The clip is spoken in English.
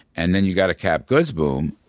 and then you got to cap goods boom,